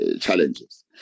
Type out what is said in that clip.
challenges